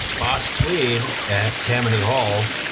boss tweed at tammany hall